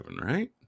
right